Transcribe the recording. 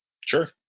Sure